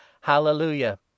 Hallelujah